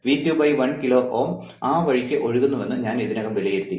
V2 1 kilo Ω ആ വഴിക്ക് ഒഴുകുന്നുവെന്ന് ഞാൻ ഇതിനകം വിലയിരുത്തി